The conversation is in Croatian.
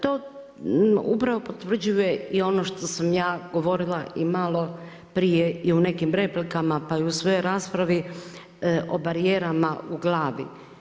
To upravo potvrđuje i ono što sam ja govorila i malo prije i u nekim replikama pa u svojoj raspravi o barijerama u glavi.